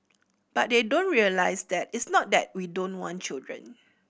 but they don't realise that it's not that we don't want children